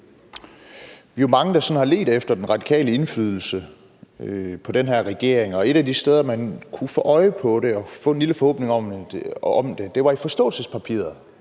Vi er jo mange, der sådan har ledt efter den radikale indflydelse på den her regering, og et af de steder, man kunne få øje på det og få en lille forhåbning om det, var i forståelsespapiret,